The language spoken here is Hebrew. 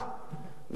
וראש הממשלה,